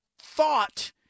thought